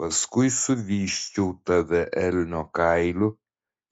paskui suvysčiau tave elnio kailiu